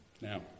Now